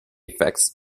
effects